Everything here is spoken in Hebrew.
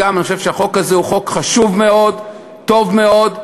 אני חושב שהחוק הוא חוק חשוב מאוד, טוב מאוד,